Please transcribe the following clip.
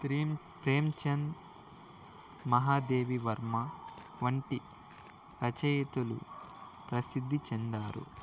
ప్రేమ్ ప్రేమ్చంద్ మహాదేవి వర్మ వంటి రచయితలు ప్రసిద్ధి చెందారు